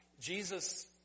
Jesus